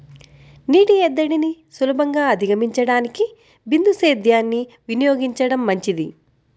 నీటి ఎద్దడిని సులభంగా అధిగమించడానికి బిందు సేద్యాన్ని వినియోగించడం మంచిది